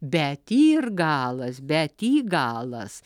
bet jį ir galas bet jį galas